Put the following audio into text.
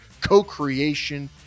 co-creation